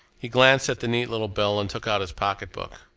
he glanced at the neat little bill and took out his pocketbook.